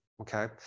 okay